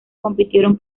compitieron